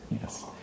Yes